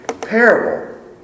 parable